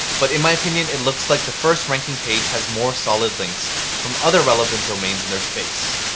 but in my opinion, it looks like the first ranking page has more solid links from other relevant domains in their space.